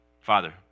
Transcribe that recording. Father